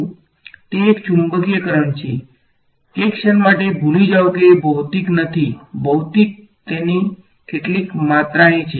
તે એક ચુંબકીય કરંટ છે એક ક્ષણ માટે ભૂલી જાઓ કે ભૌતિક નથી ભૌતિક તેની કેટલીક માત્રા અહીં છે